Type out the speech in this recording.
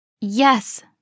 Yes